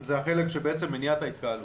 הוא החלק של מניעת ההתקהלות.